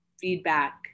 feedback